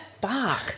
bark